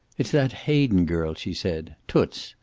it's that hayden girl, she said. toots.